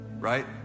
Right